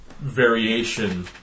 variation